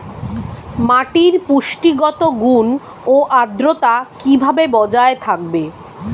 মাটির পুষ্টিগত গুণ ও আদ্রতা কিভাবে বজায় থাকবে?